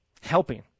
helping